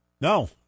No